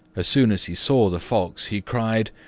as soon as he saw the fox he cried,